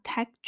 Tech